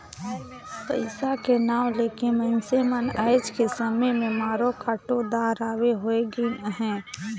पइसा के नांव ले के मइनसे मन आएज के समे में मारो काटो दार वाले होए गइन अहे